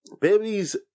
babies